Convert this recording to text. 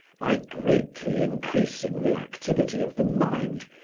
by greatly increasing the activity of the mind,